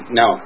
no